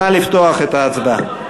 נא לפתוח את ההצבעה.